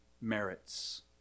merits